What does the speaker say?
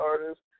artists